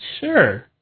Sure